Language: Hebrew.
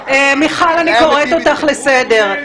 --- מיכל, אני קוראת אותך לסדר.